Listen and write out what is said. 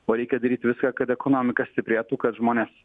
o reikia daryt viską kad ekonomika stiprėtų kad žmonės